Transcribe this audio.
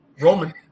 Roman